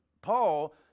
Paul